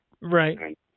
Right